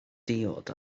diod